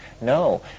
No